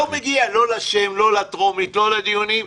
לא מגיע, לא לשם, לא לטרומית, לא לדיונים,